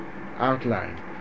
outline